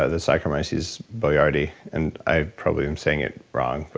ah the saccharomyces boulardii, and i probably am saying it wrong,